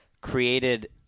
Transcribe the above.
created